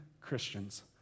Christians